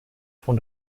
von